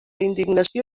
indignació